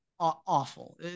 awful